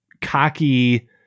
cocky